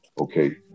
Okay